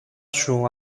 σου